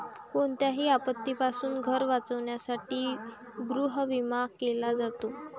कोणत्याही आपत्तीपासून घर वाचवण्यासाठी गृहविमा केला जातो